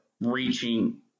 reaching